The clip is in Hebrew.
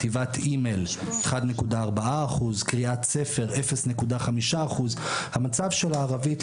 כתיבת אימייל 1.4%; קריאת ספר 0.5. המצב של הערבית,